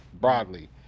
broadly